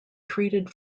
treated